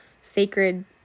sacred